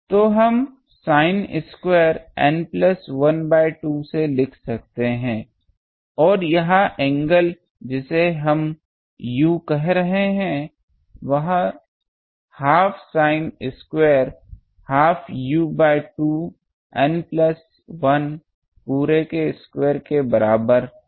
तो हम sin square N plus 1 by 2 से लिख सकते हैं और यह एंगल जिसे हम u कह रहे हैं वह half sin square half u by 2 N plus 1 पूरे के स्क्वायर के बराबर है